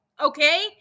okay